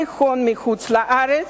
מחוץ-לארץ,